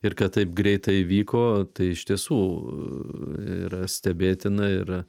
ir kad taip greitai įvyko tai iš tiesų yra stebėtina ir